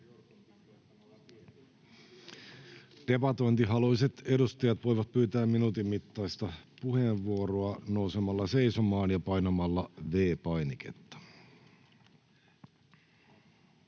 Debatointihaluiset edustajat voivat pyytää minuutin mittaista puheenvuoroa nousemalla seisomaan ja painamalla V-painiketta.